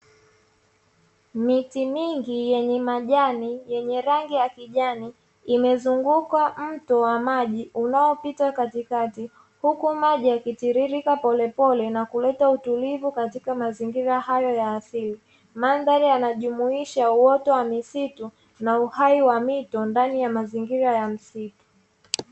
Miti mingi yenye majani yenye rangi ya kijani imezunguka mto wa maji unaopita katikati huku maji yakitiririka polepole na kuleta utulivu katika mazingira hayo ya asili, mandhari yanajumuhisha uoto wa misitu na uhai wa mito ndani ya mazingira ya misitu.